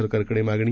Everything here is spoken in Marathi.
सरकारकडे मागणी